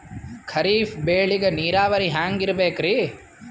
ಖರೀಫ್ ಬೇಳಿಗ ನೀರಾವರಿ ಹ್ಯಾಂಗ್ ಇರ್ಬೇಕರಿ?